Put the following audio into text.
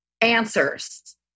answers